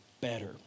better